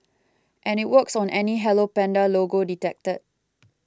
and it works on any Hello Panda logo detected